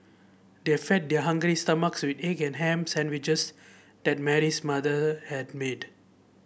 they fed their hungry stomachs with egg and ham sandwiches that Mary's mother had made